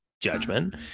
judgment